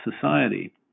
society